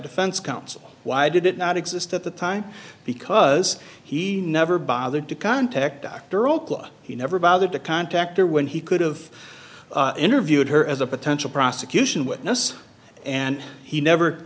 defense counsel why did it not exist at the time because he never bothered to contact dr okola he never bothered to contact her when he could've interviewed her as a potential prosecution witness and he never